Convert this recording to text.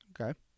Okay